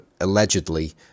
allegedly